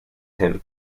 him